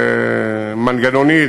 מנגנונית,